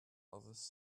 others